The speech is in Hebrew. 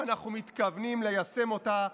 ואנחנו מתכוונים ליישם אותה.